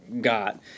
got